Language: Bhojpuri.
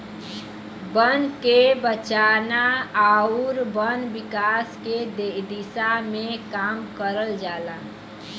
बन के बचाना आउर वन विकास के दिशा में काम करल जाला